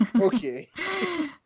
Okay